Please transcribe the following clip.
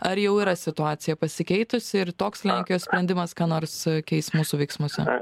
ar jau yra situacija pasikeitusi ir toks lenkijos sprendimas ką nors keis mūsų veiksmuose